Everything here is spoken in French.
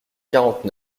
quarante